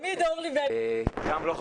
מבחינתי זה מאוד מאוד לא מובן מאליו,